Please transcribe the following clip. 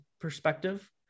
perspective